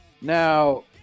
Now